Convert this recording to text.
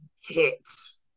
hits